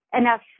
enough